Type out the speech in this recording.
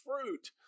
fruit